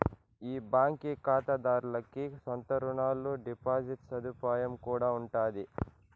ఈ బాంకీ కాతాదార్లకి సొంత రునాలు, డిపాజిట్ సదుపాయం కూడా ఉండాది